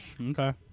Okay